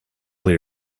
more